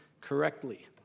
correctly